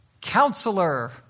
counselor